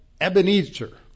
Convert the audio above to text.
Ebenezer